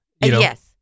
Yes